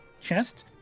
chest